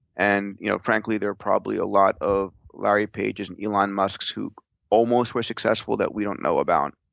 and you know frankly, there are probably a lot of larry pages and elon musks who almost were successful that we don't know about.